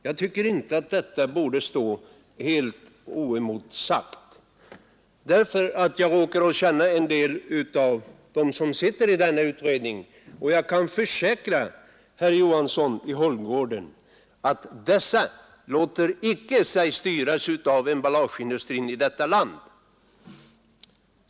Jag tycker inte att detta uttalande borde få stå helt oemotsagt; jag råkar känna en del av dem som sitter i denna utredning, och jag kan försäkra herr Johansson i Holmgården att dessa låter sig icke styras av emballageindustrin i detta land.